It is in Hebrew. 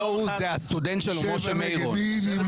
מי נגד?